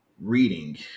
reading